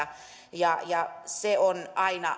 ja sellainen kemiallinen rauhoittaminen on